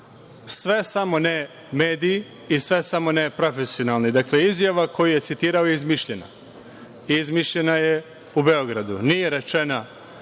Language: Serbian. sve samo ne mediji i sve samo ne profesionalni. Dakle, izjava koju je citirao je izmišljena, izmišljena je u Beogradu, nije rečeno